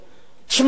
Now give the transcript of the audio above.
אדוני היושב-ראש,